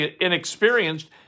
inexperienced